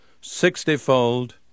sixtyfold